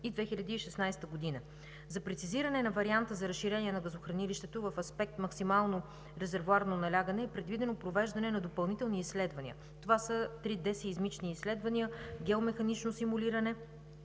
и 2016 г. За прецизиране на варианта за разширение на газохранилището в аспект максимално резервоарно налягане е предвидено провеждане на допълнителни изследвания. Това са 3D сеизмични изследвания – геомеханично симулиране